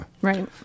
Right